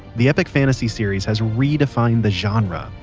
the epic fantasy series has redefined the genre,